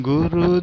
Guru